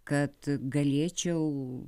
kad galėčiau